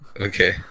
Okay